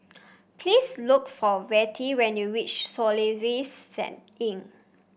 please look for Vertie when you reach Soluxe Inn